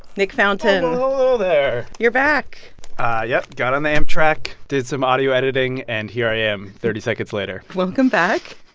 nick fountain well, hello there you're back yep. got on the amtrak, did some audio editing and here i am, thirty seconds later welcome back.